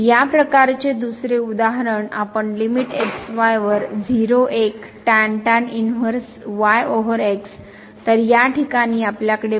या प्रकाराचे दुसरे उदाहरण आपण लिमिट x y वर 0 1 इनव्हर्स y ओवर x